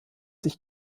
sich